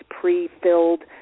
pre-filled